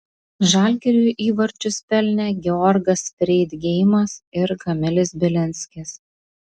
žalgiriui įvarčius pelnė georgas freidgeimas ir kamilis bilinskis